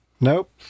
Nope